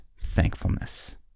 thankfulness